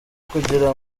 kugira